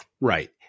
right